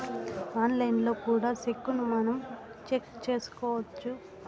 ఆన్లైన్లో కూడా సెక్కును మనం చెక్ చేసుకోవచ్చు